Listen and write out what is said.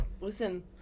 listen